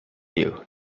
you